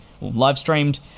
Live-streamed